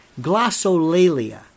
Glossolalia